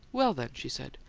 well, then, she said,